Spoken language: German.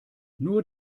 nur